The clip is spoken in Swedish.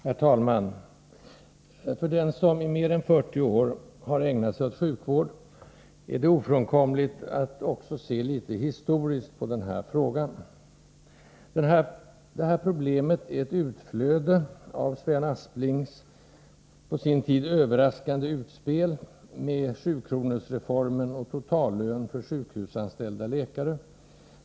Herr talman! För den som i mer än 40 år har ägnat sig åt sjukvård är det ofrånkomligt att också se litet historiskt på den här frågan. Det här problemet är ett utflöde av Sven Asplings på sin tid överraskande utspel med sjukronorsreformen och totallön för sjukhusanställda läkare.